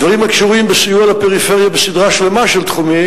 דברים הקשורים בסיוע לפריפריה בסדרה שלמה של תחומים.